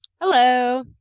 hello